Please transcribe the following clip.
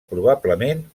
probablement